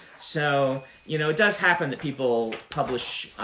so you know it does happen that people publish